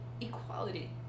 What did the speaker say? equality